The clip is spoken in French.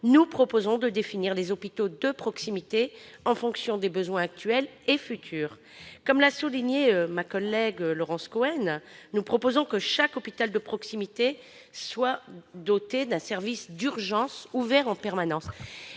nous proposons de définir les hôpitaux de proximité en fonction des besoins actuels et futurs. Comme l'a souligné ma collègue Laurence Cohen, nous proposons que chaque hôpital de proximité soit doté d'un service d'urgences ouvert en permanence.